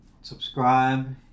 subscribe